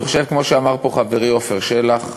אני חושב, כמו שאמר פה חברי עפר שלח,